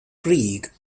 creek